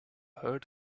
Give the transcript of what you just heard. heard